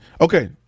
Okay